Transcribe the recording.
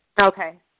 Okay